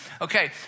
okay